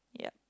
yup